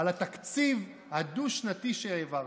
בתקציב הדו-שנתי שהעברתם.